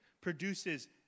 Produces